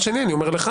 שנית לך